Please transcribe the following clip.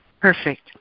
Perfect